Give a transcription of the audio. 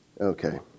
Okay